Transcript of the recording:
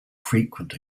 frequent